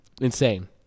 insane